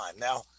now